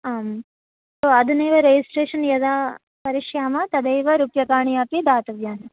आं सो अधुनैव रेजिस्ट्रेषन् यदा करिष्यामः तदैव रूप्यकाणि अपि दातव्यानि